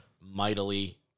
mightily